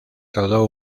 rodó